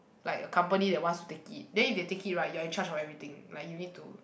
like a company that wants to take it then if they take it right you are in charge of everything like you need to